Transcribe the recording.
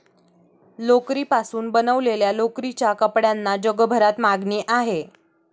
लोकरीपासून बनवलेल्या लोकरीच्या कपड्यांना जगभरात मागणी आहे